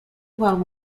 while